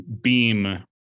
Beam